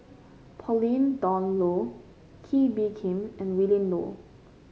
Pauline Dawn Loh Kee Bee Khim and Willin Low